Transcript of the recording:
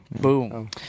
Boom